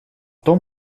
том